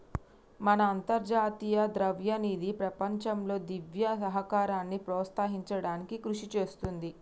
మన అంతర్జాతీయ ద్రవ్యనిధి ప్రపంచంలో దివ్య సహకారాన్ని ప్రోత్సహించడానికి కృషి చేస్తుంది